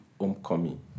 homecoming